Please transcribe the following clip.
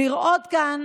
לראות כאן